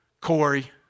Corey